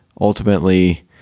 ultimately